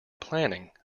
planning